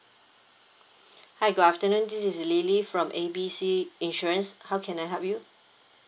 hi good afternoon this is lily from A B C insurance how can I help you